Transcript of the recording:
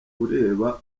ureba